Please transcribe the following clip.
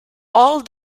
all